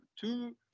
two